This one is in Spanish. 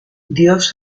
dios